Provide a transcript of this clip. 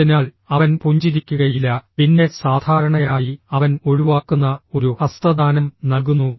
അതിനാൽ അവൻ പുഞ്ചിരിക്കുകയില്ല പിന്നെ സാധാരണയായി അവൻ ഒഴിവാക്കുന്ന ഒരു ഹസ്തദാനം നൽകുന്നു